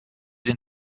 den